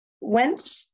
went